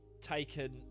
taken